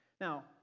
Now